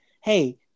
Hey